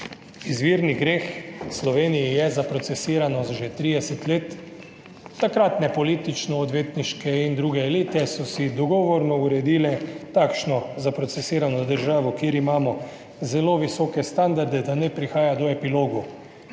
Izvirni greh v Sloveniji je za procesiranost že 30 let. Takratne politično odvetniške in druge elite so si dogovorno uredile takšno zaprocesirano državo, kjer imamo zelo visoke standarde, da ne prihaja do epilogov.